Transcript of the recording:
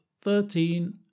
thirteen